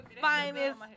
Finest